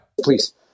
Please